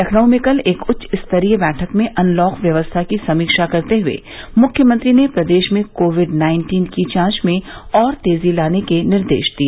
लखनऊ में कल एक उच्च स्तरीय बैठक में अनलॉक व्यवस्था की समीक्षा करते हुए मुख्यमंत्री ने प्रदेश में कोविड नाइन्टीन की जांच में और तेजी लाने के निर्देश दिए